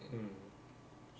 mm